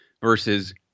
versus